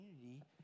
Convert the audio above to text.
community